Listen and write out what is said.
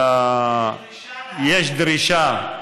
יש דרישה.